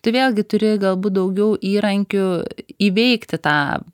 tu vėlgi turi galbūt daugiau įrankių įveikti tą